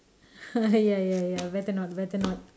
ya ya ya better not better not